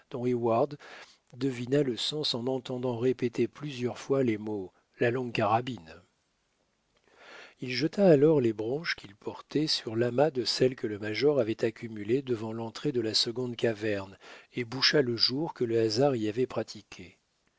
devina le sens en entendant répéter plusieurs fois les mots la longue carabine il jeta alors les branches qu'il portait sur l'amas de celles que le major avait accumulées devant l'entrée de la seconde caverne et boucha le jour que le hasard y avait pratiqué